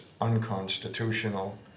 unconstitutional